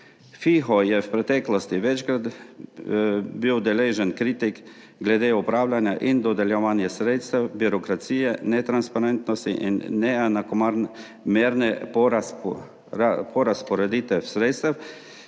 bil v preteklosti večkrat deležen kritik glede upravljanja in dodeljevanja sredstev, birokracije, netransparentnosti in neenakomerne prerazporeditve sredstev.